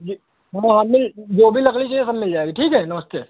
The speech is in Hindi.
जी हाँ हाँ मिल जो भी लकड़ी चाहिए सब मिल जाएगी ठीक है नमस्ते